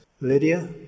Lydia